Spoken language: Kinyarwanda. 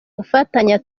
gufatanya